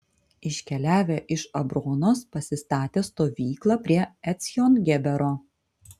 iškeliavę iš abronos pasistatė stovyklą prie ecjon gebero